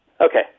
Okay